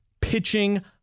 pitching